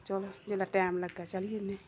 चलो जेल्लै टाइम लग्गै चली जन्ने